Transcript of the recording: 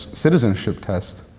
citizenship test.